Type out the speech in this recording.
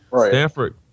Stanford